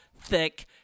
thick